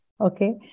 Okay